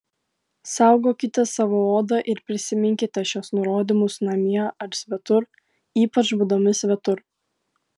saugokite savo odą ir prisiminkite šiuos nurodymus namie ar svetur ypač būdami svetur